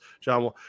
John